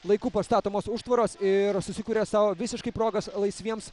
laiku pastatomos užtvaros ir susikuria sau visiškai progas laisviems